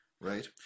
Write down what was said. right